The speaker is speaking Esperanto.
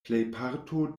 plejparto